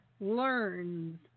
learns